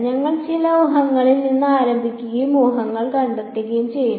ഞങ്ങൾ ചില ഊഹങ്ങളിൽ നിന്ന് ആരംഭിക്കുകയും ഊഹങ്ങൾ കണ്ടെത്തുകയും ചെയ്യും